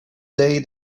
day